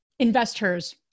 Investors